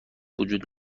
وجود